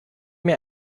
mir